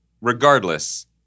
regardless